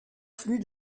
flux